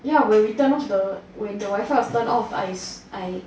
ya when you turn off the wifi the wifi is turn off I I